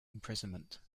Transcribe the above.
imprisonment